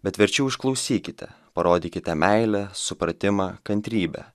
bet verčiau išklausykite parodykite meilę supratimą kantrybę